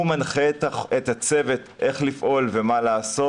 הוא מנחה את הצוות איך לפעול ומה לעשות,